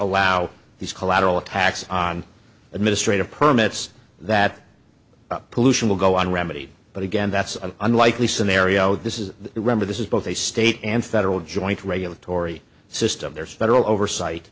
allow these collateral attacks on administrative permits that pollution will go on remedy but again that's an unlikely scenario this is remember this is both a state and federal joint regulatory system there's federal oversight